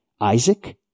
Isaac